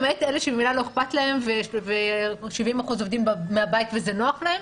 למעט אלה שממילא לא אכפת להם ו-70% עובדים מהבית וזה נוח להם,